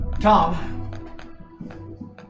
Tom